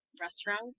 restaurant